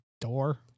door